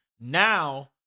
Now